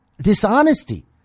dishonesty